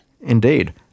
Indeed